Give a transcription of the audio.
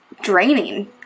draining